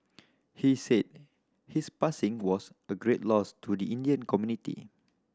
he said his passing was a great loss to the Indian community